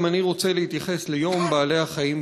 גם אני רוצה להתייחס ליום בעלי-החיים